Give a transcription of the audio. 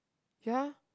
ya